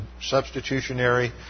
substitutionary